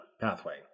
pathway